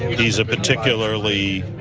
he's a particularly,